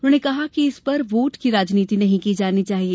उन्होंने कहा कि इस पर वोट की राजनीति नहीं की जानी चाहिए